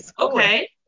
okay